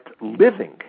living